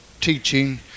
teaching